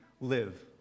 live